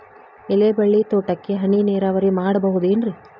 ಎಲೆಬಳ್ಳಿ ತೋಟಕ್ಕೆ ಹನಿ ನೇರಾವರಿ ಮಾಡಬಹುದೇನ್ ರಿ?